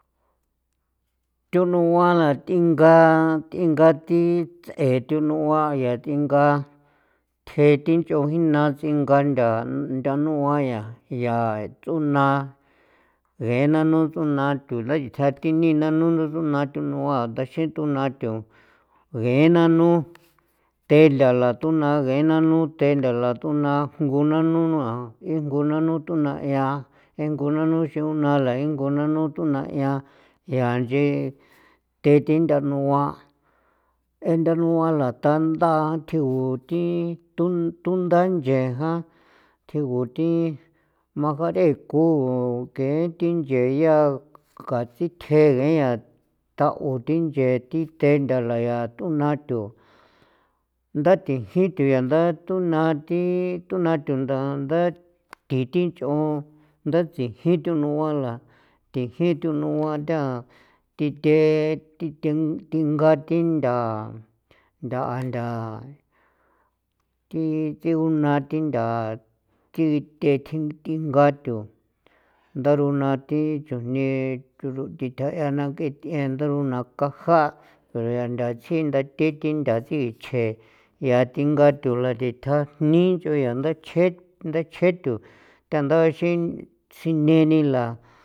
Thunuan la th'inga th'inga thi ts'ee thunuan yaa th'inga thje thi nch'on jina ts'inga tha nthanuaya yaa yaa ts'una ng'ee nanu ts'una tholai ditsja thi nii nano nda xrunao thunuan a taxin tuna tho ngee naa nanu then la la tuna ngee nanu then la la tuna jngu nanu nuan, jngu nanu tuna 'ian jngu nanu nxon nala ngu nanu tuna 'ian yaa nche the thi ntha nua enthanuan la tanda thjigu thi to thu tunda nche jan tjigu thi majare' ku u kein thi nche yaa ka thi thjen ngee yaa ta'on thi nche thi te nthala yaa tundaatho ndathixin thi ya nda, thuna thi tunan tho nda nda thii thi nch'on nda tsijin thunuan la thijin thunuan tha thi the thi thinga thi ntha ntha ntha thi gunda thi ntha thi dinthekjin thinga tho ndaruna thi chujni thi tha 'ia na nang'ee tiendaruna ka jaa' re ntha chjin ntha thi thinda dichje yaa thinga tho la thi tja jni nch'on yaa nda chje nda chje tho thandaxin tsjine nila.